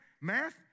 math